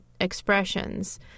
expressions